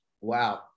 wow